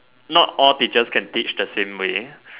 not all teachers can teach the same way